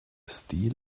steel